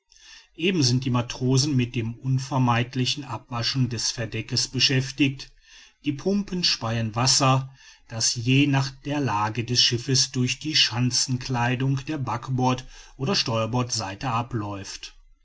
eben sind die matrosen mit dem unvermeidlichen abwaschen des verdecks beschäftigt die pumpen speien wasser das je nach der lage des schiffes durch die schanzenkleidung der backbord oder steuerbordseite abläuft